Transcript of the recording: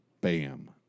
Bam